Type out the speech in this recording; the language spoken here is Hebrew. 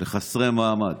לחסרי מעמד.